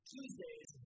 Tuesdays